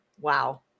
Wow